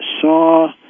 saw